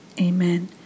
amen